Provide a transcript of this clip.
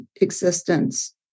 existence